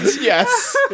Yes